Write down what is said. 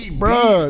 bro